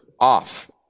off